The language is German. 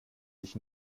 sich